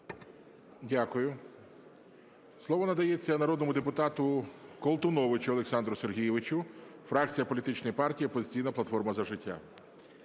Дякую. Слово надається народному депутату Колтуновичу Олександру Сергійовичу фракція політичної партії "Опозиційна платформа – За життя".